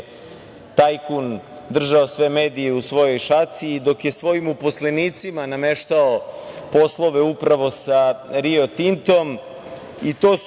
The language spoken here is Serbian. tajkun držao sve medije u svojoj šaci i dok je svojim uposlenicima nameštao poslove upravo sa Rio Tintom, i to su,